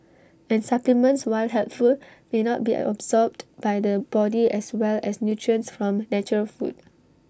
and supplements while helpful may not be absorbed by the body as well as nutrients from natural food